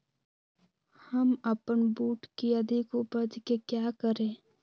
हम अपन बूट की अधिक उपज के क्या करे?